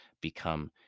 become